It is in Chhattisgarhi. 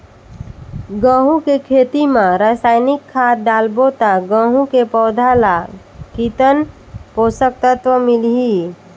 गंहू के खेती मां रसायनिक खाद डालबो ता गंहू के पौधा ला कितन पोषक तत्व मिलही?